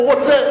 הוא רוצה.